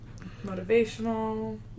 motivational